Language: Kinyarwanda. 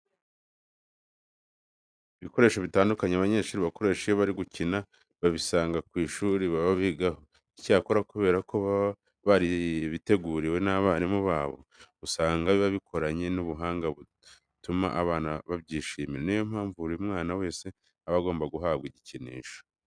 Ibikoresho bitandukanye abanyeshuri bakoresha iyo bari gukina babisanga ku ishuri baba bigaho. Icyakora kubera ko baba barabiteguriwe n'abarimu babo, usanga biba bikoranye ubuhanga butuma abana babyishimira. Ni yo mpamvu buri mwana wese aba agomba guhabwa igikinisho cye.